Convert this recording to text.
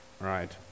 right